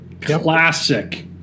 classic